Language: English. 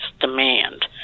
demand